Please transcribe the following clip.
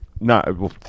No